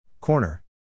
Corner